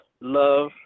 love